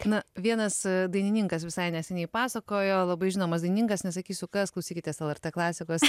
na vienas dainininkas visai neseniai pasakojo labai žinomas dainininkas nesakysiu kas klausykitės lrt klasikos